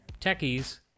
techies